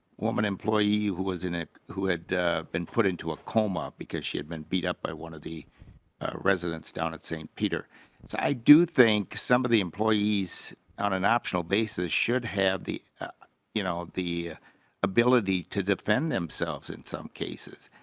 woman employee who was in it who been put into a coma because shipment beat up by one of the residents down at saint peter and i do think some of the employees on an optional bases should have the you know the ability to defend themselves in some cases.